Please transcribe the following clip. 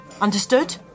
Understood